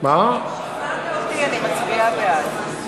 שכנעת אותי, אני מצביעה בעד.